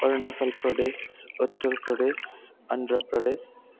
Arunachal Pradesh Uttar Pradesh Andhra Pradesh